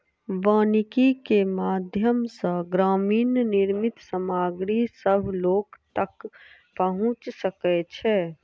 वानिकी के माध्यम सॅ ग्रामीण निर्मित सामग्री सभ लोक तक पहुँच सकै छै